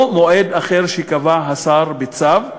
או מועד אחר שקבע השר בצו,